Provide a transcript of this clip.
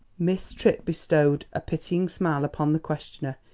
miss tripp bestowed a pitying smile upon the questioner.